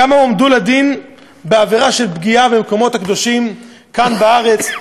כמה הועמדו לדין בעבירה של פגיעה במקומות הקדושים כאן בארץ,